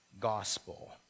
gospel